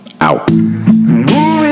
out